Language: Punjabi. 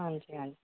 ਹਾਂਜੀ ਹਾਂਜੀ